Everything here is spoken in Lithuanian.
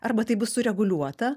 arba tai bus sureguliuota